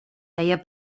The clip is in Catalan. deia